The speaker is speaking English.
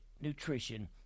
nutrition